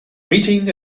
meeting